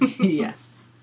Yes